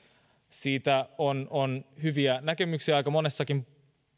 siitä on hyviä näkemyksiä aika monessakin